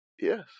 Yes